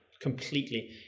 Completely